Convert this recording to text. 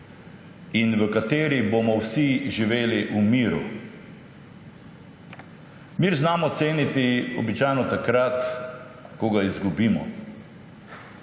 in v kateri bomo vsi živeli v miru. Mir znamo ceniti običajno takrat, ko ga izgubimo.